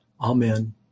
Amen